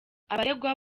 abaregwa